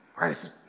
Right